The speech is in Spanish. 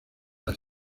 las